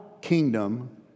kingdom